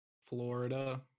florida